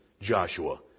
Joshua